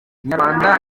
nyarwanda